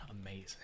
amazing